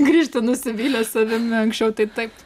grįžti nusivylęs savim ne anksčiau taip taip